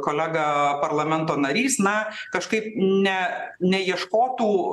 kolega parlamento narys na kažkaip ne neieškotų